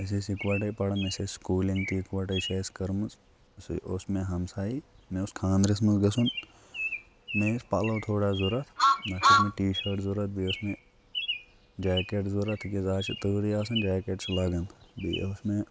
أسۍ ٲسۍ یِکوَٹَے پَران أسہِ ٲسۍ سکوٗلِنٛگ تہِ یِکوَٹَے چھِ اَسہِ کٔرمٕژ سُہ اوس مےٚ ہمسایی مےٚ اوس خاندرَس منٛز گژھُن مےٚ ٲسۍ پَلَو تھوڑا ضوٚرَتھ اَکھ ٲس مےٚ ٹی شٲٹ ضوٚرَتھ بیٚیہِ اوس مےٚ جاکٮ۪ٹ ضوٚرَتھ تِکیٛازِ آز چھِ تۭرٕے آسان جاکٮ۪ٹ چھُ لَگان بیٚیہِ اوس مےٚ